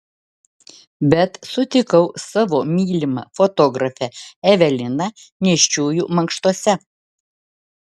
bet sutikau savo mylimą fotografę eveliną nėščiųjų mankštose